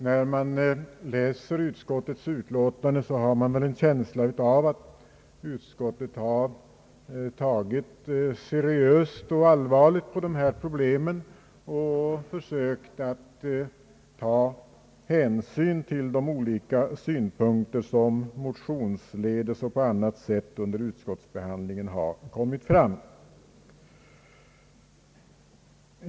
När man läser utskottets utlåtande, får man en känsla av att utskottet har tagit seriöst och allvarligt på dessa problem och försökt att ta hänsyn till de olika synpunkter, som motionsledes och på annat sätt under utskottsbehandlingen kommit fram.